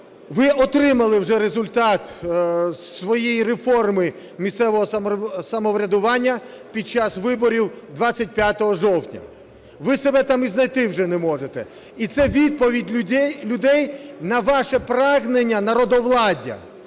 Ви отримали вже результат своєї реформи місцевого самоврядування під час виборів 25 жовтня. Ви себе там і знайти вже не можете. І це відповідь людей на ваше прагнення народовладдя.